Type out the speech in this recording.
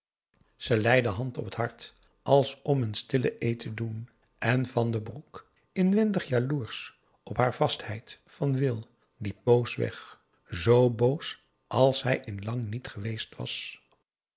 lei de hand op t hart als om een stillen eed te doen en van den broek inwendig jaloersch op haar vastheid van wil liep boos weg zoo boos als hij in lang niet geweest was